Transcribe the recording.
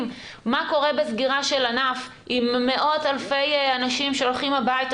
מה קורה בסגירה של ענף עם מאות אלפי אנשים שהולכים הביתה,